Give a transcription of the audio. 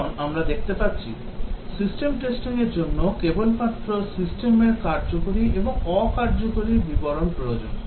কারণ আমরা দেখতে পাচ্ছি system testing র জন্য কেবলমাত্র সিস্টেমের কার্যকরী এবং অ কার্যকরী বিবরণ প্রয়োজন